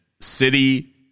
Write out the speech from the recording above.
city